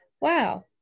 wow